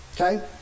okay